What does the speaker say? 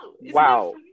Wow